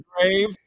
grave